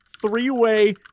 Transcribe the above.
three-way